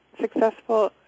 successful